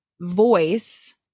voice